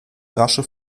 rasche